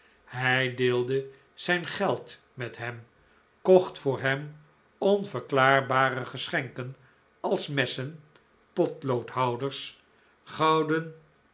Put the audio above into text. hij deelde zijn geld met hem kocht voor hem onverklaarbare geschenken als messen potloodhouders gouden